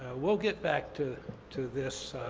we'll get back to to this